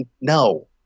no